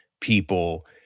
people